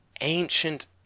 Ancient